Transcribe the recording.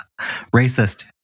Racist